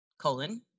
colon